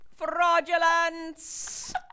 Fraudulence